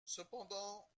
cependant